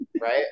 Right